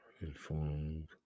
informed